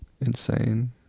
insane